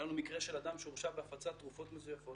היה לנו מקרה של אדם שהורשע בהפצת תרופות מזויפות,